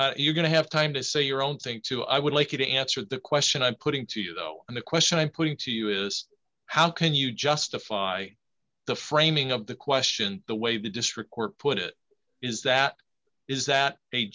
because you're going to have time to say your own say to i would like you to answer the question i'm putting to you though and the question i'm putting to you is how can you justify the framing of the question the way the district court put it is that is that